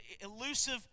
elusive